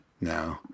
no